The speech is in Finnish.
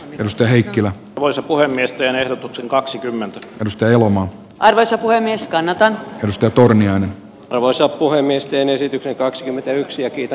kirsti heikkilä voisi puhemiesten ehdotukseen kaksikymmentä pysty juomaan arvoisa puhemies kannatan risto eduskunta on arvoisa puhemies teen esityksen kaksikymmentäyksi aki itä